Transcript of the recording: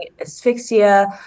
asphyxia